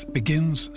begins